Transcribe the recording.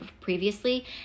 previously